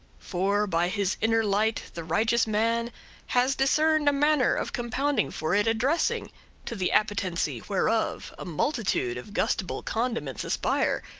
for by his inner light the righteous man has discerned a manner of compounding for it a dressing to the appetency whereof a multitude of gustible condiments conspire,